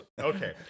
Okay